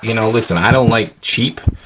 you know, listen, i don't like cheap,